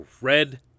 red